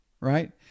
Right